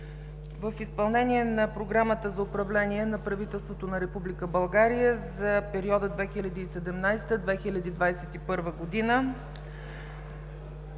В изпълнение на Програмата за управление на правителството на Република България за периода 2017 – 2021 г. и